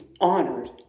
honored